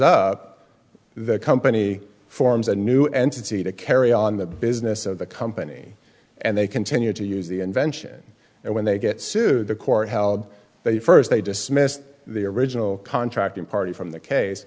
up the company forms a new entity to carry on the business of the company and they continue to use the invention and when they get sued the court held that first they dismissed the original contract and party from the case